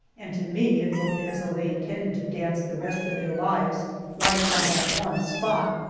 and to me it looked as though they intended to dance the rest of their lives right on that one spot.